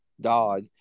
dog